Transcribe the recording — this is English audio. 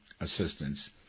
assistance